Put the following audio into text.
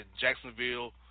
Jacksonville